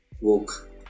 woke